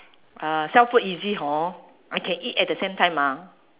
uh sell food easy hor I can eat at the same time ah